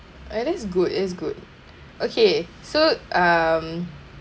I think it's good it is good okay so um